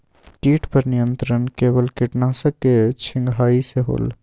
किट पर नियंत्रण केवल किटनाशक के छिंगहाई से होल?